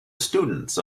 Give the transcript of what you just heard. students